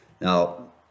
Now